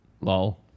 Lol